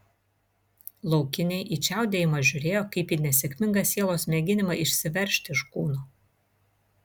laukiniai į čiaudėjimą žiūrėjo kaip į nesėkmingą sielos mėginimą išsiveržti iš kūno